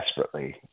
desperately